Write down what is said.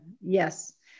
yes